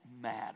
matter